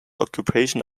occupation